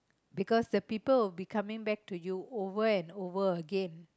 because the people will be coming back to you over and over again